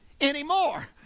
anymore